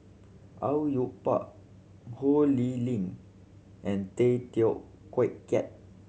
Au Yue Pak Ho Lee Ling and Tay Teow Kiat